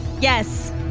Yes